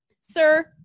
sir